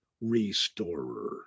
restorer